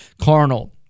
carnal